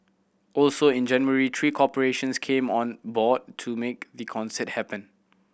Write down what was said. also in January three corporations came on board to make the concert happen